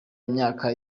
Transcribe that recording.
imyaka